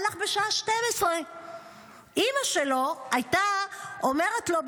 הלך בשעה 12:00. אימא שלו הייתה אומרת לו,